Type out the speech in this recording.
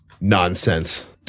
nonsense